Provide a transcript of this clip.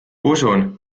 usun